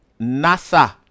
Nasa